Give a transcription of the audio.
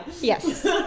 Yes